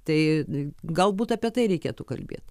tai galbūt apie tai reikėtų kalbėti